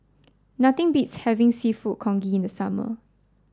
nothing beats having seafood congee in the summer